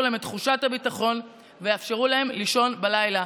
להן את תחושת הביטחון ויאפשרו להן לישון בלילה.